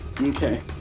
Okay